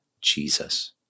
Jesus